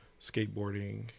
skateboarding